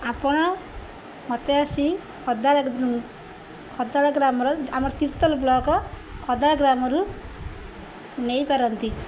ଆପଣ ମୋତେ ଆସି ଖଦାଳ ଖଦାଳ ଗ୍ରାମର ଆମର ତୀର୍ତ୍ତୋଲ ବ୍ଲକ ଖଦାଳ ଗ୍ରାମରୁ ନେଇପାରନ୍ତି